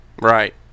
Right